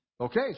Okay